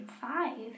five